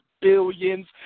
billions